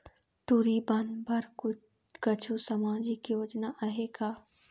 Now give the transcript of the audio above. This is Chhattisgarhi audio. टूरी बन बर कछु सामाजिक योजना आहे का?